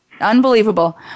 Unbelievable